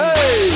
Hey